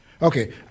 Okay